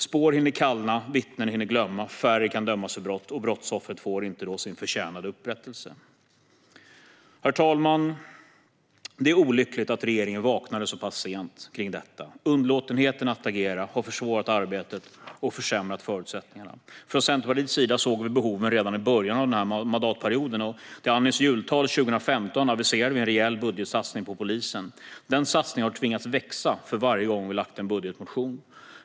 Spår hinner kallna, vittnen hinner glömma, färre kan dömas för brott och brottsoffret får då inte sin förtjänade upprättelse. Herr talman! Det är olyckligt att regeringen vaknade så pass sent vad gäller detta. Underlåtenheten att agera har försvårat arbetet och försämrat förutsättningarna. Från Centerpartiets sida såg vi behoven redan i början av denna mandatperiod, och i Annies jultal 2015 aviserade vi en rejäl budgetsatsning på polisen. Den satsningen har tvingats växa för varje gång vi väckt en budgetmotion.